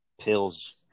pills